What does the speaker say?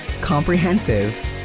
comprehensive